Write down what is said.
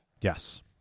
Yes